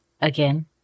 Again